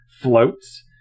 floats